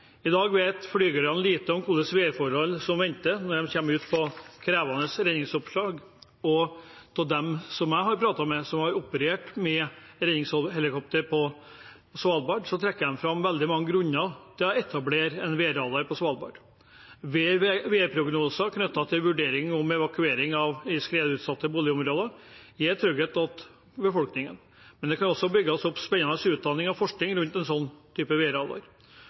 I dag vet flyverne lite om hvilke værforhold som venter når de kommer ut på krevende redningsoppdrag. De jeg har pratet med, som har operert redningshelikopter på Svalbard, trekker fram veldig mange grunner til å etablere en værradar på Svalbard. Værprognoser knyttet til vurdering av evakuering i skredutsatte boligområder er en trygghet for befolkningen, men det kan også bygges opp spennende utdanning og forskning rundt en